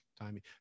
timing